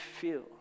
feel